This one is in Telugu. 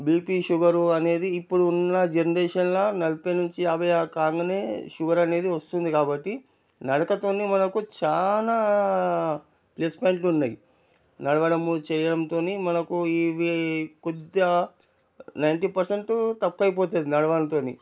బీపీ షుగర్ అనేది ఇప్పుడు ఉన్న జెనరేషన్లో నలభై నుంచి యాభై కాగానే షుగర్ అనేది వస్తుంది కాబట్టి నడకతోనే మనకు చాలా ప్లస్ పాంయింట్లు ఉన్నాయి నడవడము చేయడంతో మనము ఇవీ కొద్దిగా నైంటీ పర్సెంట్ తక్కువ అయ్యి పోతుంది నడవడంతో